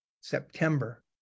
September